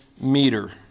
meter